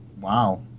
wow